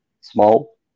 small